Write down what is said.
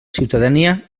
ciutadania